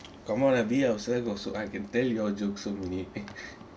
come on lah be ourselves so I can tell you all jokes so many